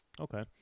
Okay